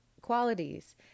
qualities